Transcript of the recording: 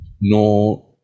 no